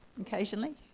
occasionally